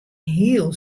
hiel